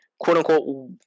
quote-unquote